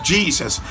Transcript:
Jesus